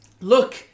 look